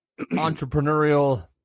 entrepreneurial